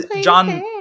John